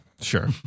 Sure